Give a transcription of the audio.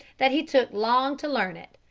that he took long to learn it,